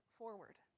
forward